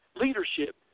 leadership